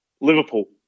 Liverpool